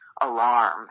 alarm